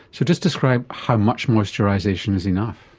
so just describe how much moisturisation is enough.